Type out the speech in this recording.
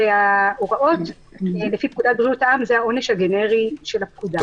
שההוראות לפי פקודת בריאות העם זה העונש הגנרי של הפקודה.